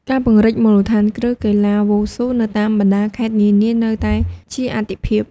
ការពង្រីកមូលដ្ឋានគ្រឹះកីឡាវ៉ូស៊ូនៅតាមបណ្ដាខេត្តនានានៅតែជាអាទិភាព។